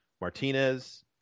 Martinez